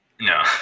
No